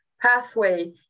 pathway